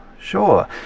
Sure